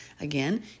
Again